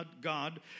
God